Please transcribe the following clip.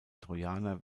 trojaner